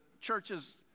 churches